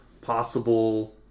possible